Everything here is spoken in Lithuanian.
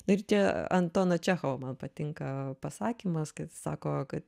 ir čia antono čechovo man patinka pasakymas kaip sako kad